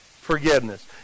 forgiveness